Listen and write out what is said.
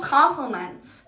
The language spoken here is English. Compliments